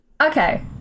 Okay